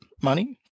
money